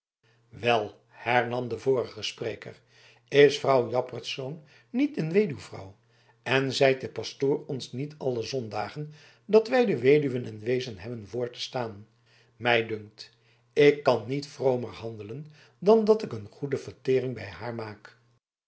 wel hernam de vorige spreker is vrouw jaspersz niet een weduwvrouw en zeit de pastoor ons niet alle zondagen dat wij de weduwen en weezen hebben voor te staan mij dunkt ik kan niet vromer handelen dan dat ik een goede vertering bij haar maak